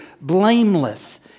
blameless